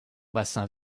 bassin